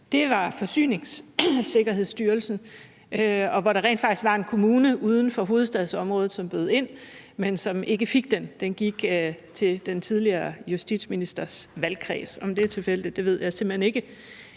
for Forsyningssikkerhed, og her var der rent faktisk en kommune uden for hovedstadsområdet, som bød ind, men som ikke fik den. Den gik til den tidligere justitsministers valgkreds. Om det er tilfældigt, ved jeg simpelt hen ikke.